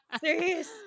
Serious